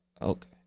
Okay